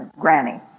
Granny